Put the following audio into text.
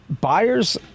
Buyers